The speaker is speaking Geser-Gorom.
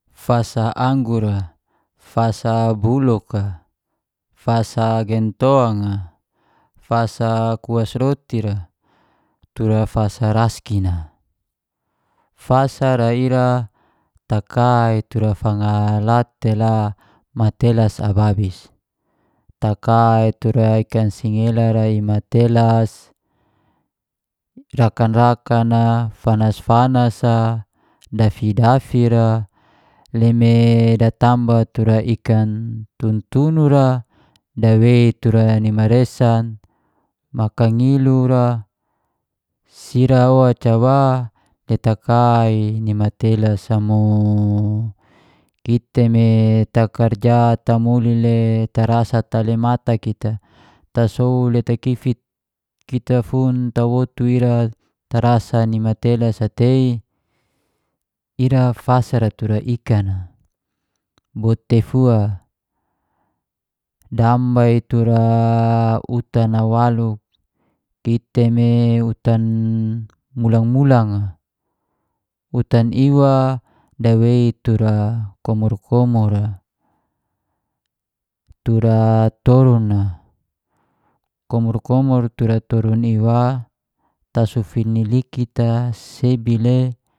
Fasa anggur ra, fasa bulog a, fasa gentong a, fasa kuas roti ra, tura fas raskin a. Fasa ra ira taka tura fanga la tela matelas ababis. Taka i tura ikan singekar a matelas, rakan-rakan a fanas-fanas a, dafi-dafi ra le. e datamba tura ikan tuntunu ra dawei tura ni maresan, makangil ra, sira oca wa, le taka i mi matelas i mo, kiti me takarja le tamuli me tarasa talemata kita, tasow le takifit kita fun tawotu ira tarasa ni matelas a tei ira fasa tura ika a. Bot teifua, damba tura utan a waluk, kiti me utan ulang-ulang a, utan iwa dawei tura komor-komor ra, tura torung a, komor-komor ra tura torun iwa tasufi ni likit a sebi le